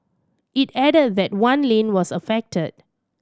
it added that one lane was affected